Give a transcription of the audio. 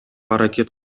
аракет